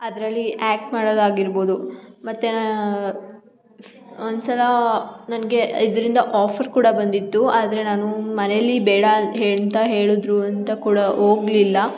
ಅದರಲ್ಲಿ ಆ್ಯಕ್ಟ್ ಮಾಡೋದಾಗಿರ್ಬೋದು ಮತ್ತು ಒಂದು ಸಲ ನನಗೆ ಇದರಿಂದ ಆಫರ್ ಕೂಡ ಬಂದಿತ್ತು ಆದರೆ ನಾನು ಮನೆಯಲ್ಲಿ ಬೇಡ ಅಂತ ಹೇಳಿದ್ರು ಅಂತ ಕೂಡ ಹೋಗ್ಲಿಲ್ಲ